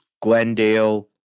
Glendale